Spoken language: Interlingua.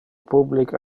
public